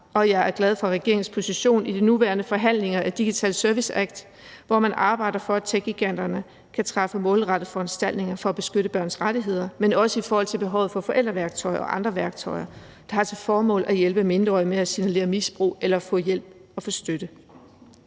og jeg er glad for regeringens position i de nuværende forhandlinger af Digital Services Act, hvor man arbejder for, at techgiganterne kan træffe målrettede foranstaltninger for at beskytte børns rettigheder, men også i forhold til behovet for forældreværktøjer og andre værktøjer, der har til formål at hjælpe mindreårige med at signalere det, hvis de er udsat